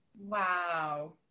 Wow